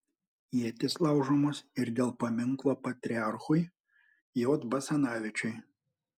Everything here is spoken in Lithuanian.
ietys laužomos ir dėl paminklo patriarchui j basanavičiui